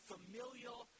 Familial